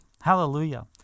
Hallelujah